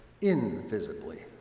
invisibly